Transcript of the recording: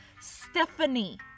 Stephanie